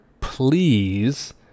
please